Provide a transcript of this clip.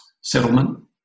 settlement